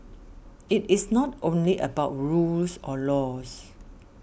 it is not only about rules or laws